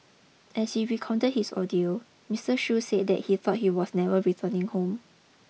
as he recounted his ordeal Mister Shoo said that he thought he was never returning home